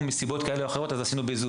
מסיבות כאלה ואחרות אז עשינו את זה ב- Zoom,